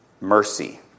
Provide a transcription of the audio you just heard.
mercy